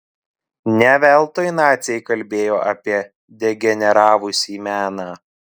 ne veltui naciai kalbėjo apie degeneravusį meną